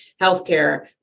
healthcare